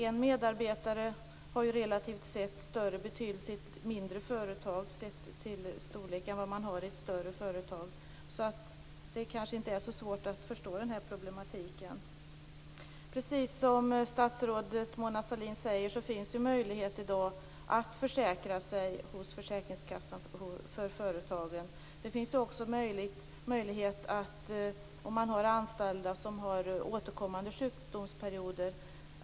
En medarbetare har relativt sett större betydelse i ett mindre företag än i ett större företag. Det är kanske inte så svårt att förstå problemet. Precis som statsrådet Mona Sahlin säger finns det möjlighet för företagen i dag att försäkra sig hos Försäkringskassan. Det finns också möjlighet att få en extra högriskförsäkring om det finns anställda med återkommande sjukdomsperioder.